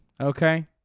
Okay